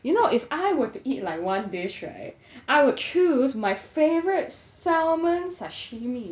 you know if I were to eat like one dish right I would choose my favourite salmon sashimi